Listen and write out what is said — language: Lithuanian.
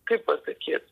kaip pasakyt